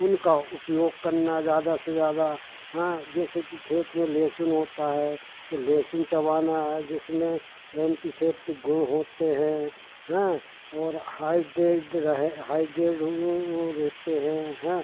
उनका उपयोग करना ज़्यादा से ज़्यादा हाँ जैसे कि खेत में लहसुन होता है तो लहसुन चबाना है जिसमें एंटीसेप्टिक गुण होते हैं हाँ और हाईडेड रहे हाईड्रेड वह रहते हैं हाँ